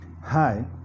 Hi